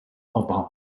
obama